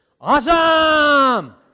Awesome